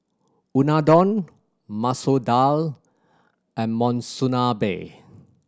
Unadon Masoor Dal and Monsunabe